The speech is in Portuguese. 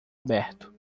aberto